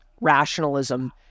rationalism